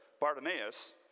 Bartimaeus